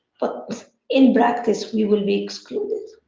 but in practice we will be excluded.